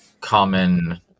common